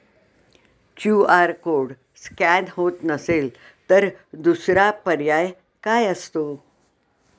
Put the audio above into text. QR code scan होत नसेल तर दुसरा पर्याय काय असतो?